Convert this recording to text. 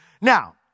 Now